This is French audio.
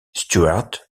stuart